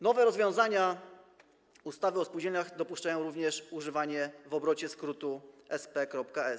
Nowe rozwiązania ustawy o spółdzielniach dopuszczają również używanie w obrocie skrótu „Sp.s.